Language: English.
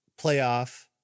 playoff